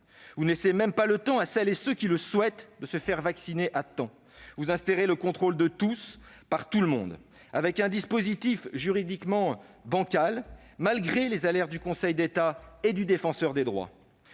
Vous ne laissez même pas la possibilité à celles et ceux qui le souhaitent de se faire vacciner à temps. Vous instaurez le contrôle de tous par tout le monde, selon un dispositif juridiquement bancal, et ce malgré les alertes du Conseil d'État et de la Défenseure des droits.